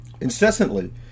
incessantly